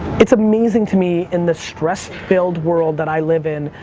it's amazing to me in the stress-filled world that i live in,